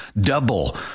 Double